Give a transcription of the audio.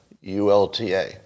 U-L-T-A